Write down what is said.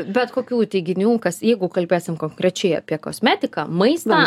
bet kokių teiginių kas jeigu kalbėsim konkrečiai apie kosmetiką maistą